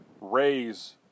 raise